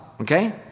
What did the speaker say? okay